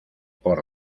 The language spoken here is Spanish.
por